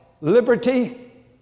liberty